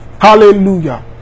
Hallelujah